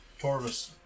Torvis